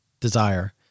desire